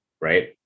right